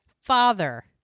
father